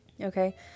okay